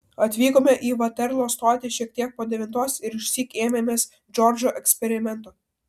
atvykome į vaterlo stotį šiek tiek po devintos ir išsyk ėmėmės džordžo eksperimento